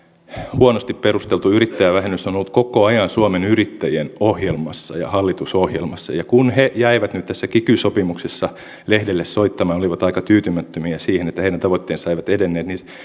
huonosti perusteltu yrittäjävähennys on ollut koko ajan suomen yrittäjien ohjelmassa ja hallitusohjelmassa ja kun he jäivät nyt tässä kiky sopimuksessa lehdelle soittamaan ja olivat aika tyytymättömiä siihen että heidän tavoitteensa eivät edenneet niin